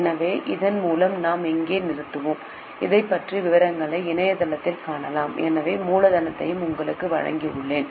எனவே இதன் மூலம் நாம் இங்கே நிறுத்துவோம் இதைப் பற்றிய விவரங்களை இணையத்தில் காணலாம் எனவே மூலத்தையும் உங்களுக்கு வழங்கியுள்ளேன்